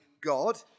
God